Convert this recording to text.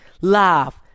Laugh